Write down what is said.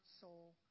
soul